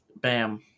bam